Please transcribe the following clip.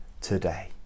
today